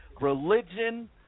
Religion